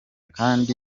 kandi